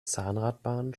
zahnradbahn